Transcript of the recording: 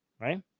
right